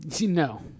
no